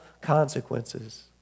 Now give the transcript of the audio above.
consequences